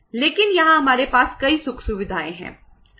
लेकिन यहां हमारे पास कई सुख सुविधाएं हैं